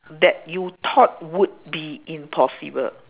that you thought would be impossible